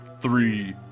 three